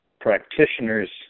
practitioners